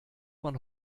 man